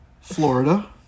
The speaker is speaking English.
Florida